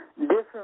different